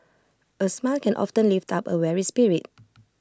A smile can often lift up A weary spirit